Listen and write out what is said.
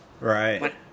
Right